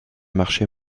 marché